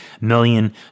million